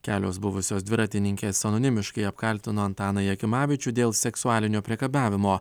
kelios buvusios dviratininkės anonimiškai apkaltino antaną jakimavičių dėl seksualinio priekabiavimo